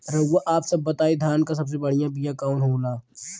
रउआ आप सब बताई धान क सबसे बढ़ियां बिया कवन होला?